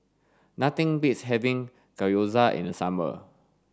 nothing beats having Gyoza in the summer